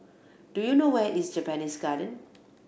do you know where is Japanese Garden